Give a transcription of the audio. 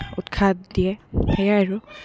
উৎসাহ দিয়ে সেয়াই আৰু